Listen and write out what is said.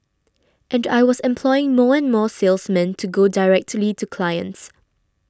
and I was employing more and more salesmen to go directly to clients